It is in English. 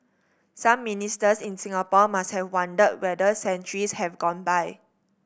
some Ministers in Singapore must have wondered whether centuries have gone by